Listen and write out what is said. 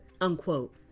Unquote